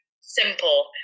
simple